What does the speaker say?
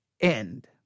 end